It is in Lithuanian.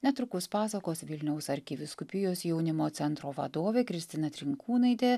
netrukus pasakos vilniaus arkivyskupijos jaunimo centro vadovė kristina trinkūnaitė